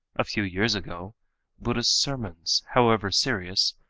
a few years ago buddhist sermons, however serious,